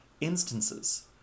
instances